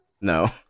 No